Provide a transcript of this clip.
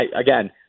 Again